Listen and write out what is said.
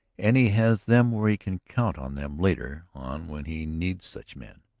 and he has them where he can count on them later on when he needs such men.